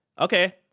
okay